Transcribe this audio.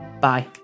bye